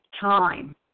time